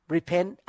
Repent